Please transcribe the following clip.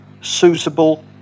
suitable